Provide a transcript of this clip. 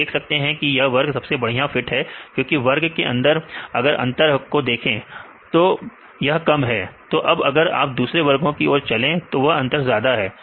आप देख सकते हैं कि यह वर्ग सबसे बढ़िया फिट है क्योंकि वर्ग के अंदर अगर अंतर को देखें तोहर कम है तो अब अगर आप दूसरे वर्गों की ओर चले तो वहां अंतर ज्यादा है